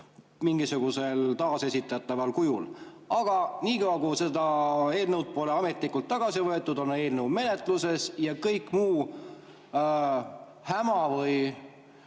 mingisugusel taasesitataval kujul. Aga niikaua, kui seda eelnõu pole ametlikult tagasi võetud, on eelnõu menetluses ja muu häma või